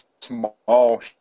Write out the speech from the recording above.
small